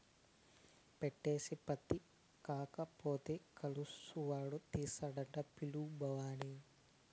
పంటేసి పత్తా లేకపోతే కలుపెవడు తీస్తాడట పిలు బావని